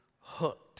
hooked